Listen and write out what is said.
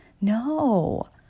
No